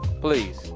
Please